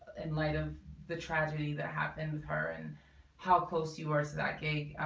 in light of the tragedy that happened her and how close you were to that cake